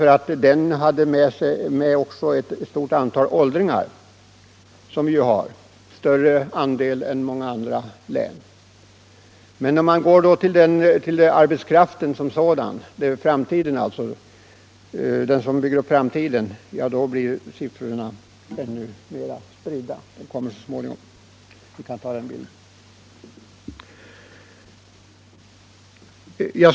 Där hade man med också ett stort antal åldringar — vi har en större andel åldringar än många andra län. De flesta finns på de mindre orterna. Men ser man till arbetskraften, som skall bygga upp framtiden, är spridningen eller obalansen ännu större.